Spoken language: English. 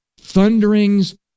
thunderings